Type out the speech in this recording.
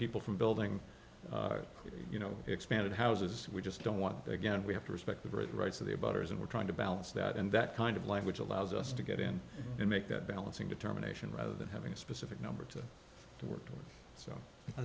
people from building you know expanded houses we just don't want that again we have to respect the brit rights of the about hers and we're trying to balance that and that kind of language allows us to get in and make that balancing determination rather than having a specific number to work so i